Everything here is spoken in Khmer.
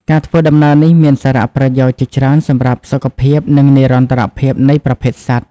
ការធ្វើដំណើរនេះមានសារៈប្រយោជន៍ជាច្រើនសម្រាប់សុខភាព និងនិរន្តរភាពនៃប្រភេទសត្វ។